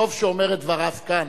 טוב שאומר את דבריו כאן,